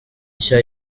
nshya